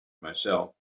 myself